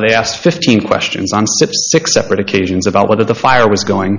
they asked fifteen questions on six separate occasions about whether the fire was going